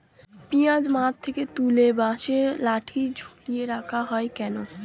পিঁয়াজ মাঠ থেকে তুলে বাঁশের লাঠি ঝুলিয়ে রাখা হয় কেন?